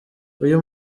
uyu